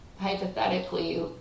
hypothetically